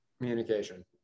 Communication